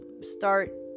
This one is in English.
start